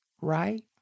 right